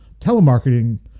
telemarketing